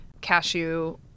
Cashew